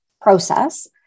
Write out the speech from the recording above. process